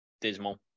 dismal